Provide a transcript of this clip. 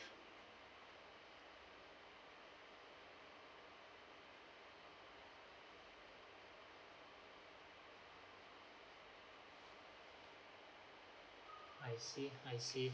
I see I see